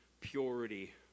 purity